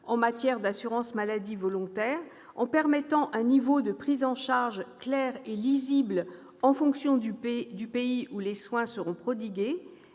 en matière d'assurance maladie volontaire, en permettant un niveau de prise en charge clair et lisible en fonction du pays où les soins seront prodigués